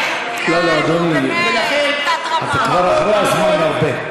הכנסת ברקו, (אומר בערבית: הבית צר והחמור בועט.)